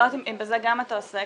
אני לא יודעת אם בזה גם אתה עוסק,